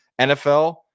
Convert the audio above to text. NFL